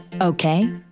okay